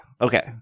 Okay